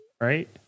right